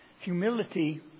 Humility